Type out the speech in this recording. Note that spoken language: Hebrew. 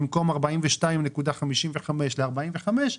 במקום 42.55 ל-45,